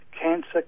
cancer